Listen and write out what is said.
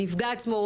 הנפגע עצמו,